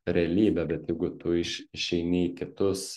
realybę bet jeigu tu iš išeini į kitus